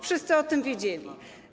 Wszyscy o tym wiedzieli.